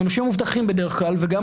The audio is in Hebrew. הם נושים מאובטחים בדרך כלל -- לא,